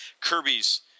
Kirby's